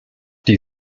die